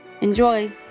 Enjoy